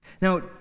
Now